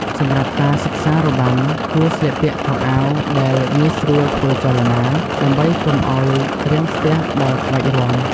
សម្រាប់ការសិក្សារបាំ គួរស្លៀកពាក់ខោអាវដែល ងាយស្រួលធ្វើចលនា ដើម្បីកុំឱ្យរាំងស្ទះដល់ក្បាច់រាំ។